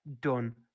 done